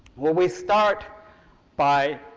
well, we start by